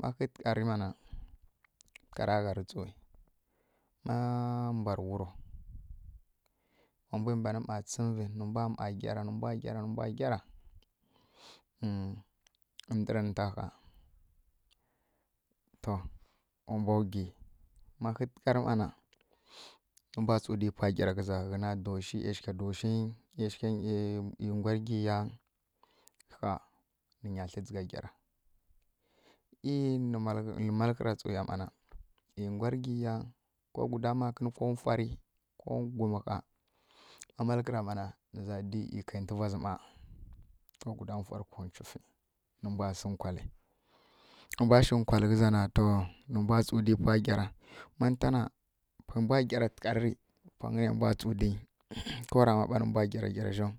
ma hǝ tǝgharǝ ˈma na tǝghara gharǝ tsuwi ma mbwa rǝ wuro wa mbwi mbanǝ ˈma tsǝmǝ vi nǝ mbwa ˈma ghara nǝ mbwa ghara nǝ mbwa ghara mmh dǝrǝ nǝta haa to wa mbwa wgi ma hǝtǝgharǝ ˈma na nǝ mbwa tsu di pwa gyara ghǝza ghǝni doshi ˈyshgha doshi e nwgargi ya ɦa nǝnya tlǝ dzǝgha gyara ei nǝ malƙǝra tsuya ˈma na e ngwargiya ko guda makǝn ko fwari ko gumǝ ɦa ma malkǝra ˈmana nǝza di e kǝi ntǝva zi ˈma ko guda fwarǝ ko nchufi nǝ mbwa sǝ nkwali ma mbwa shi nkwalǝ ghǝza na to nǝ mbwa tsu di pwa ghyara ma nǝta na pwe mbwa gyara tǝgharǝ ri pwangǝ ne mbwa tsu di ko rama ɓa nǝ mbwa gyara gyara zjau